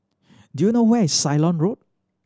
do you know where is Ceylon Road